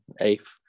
eighth